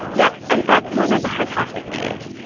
yeah and that's one of the hypotheses,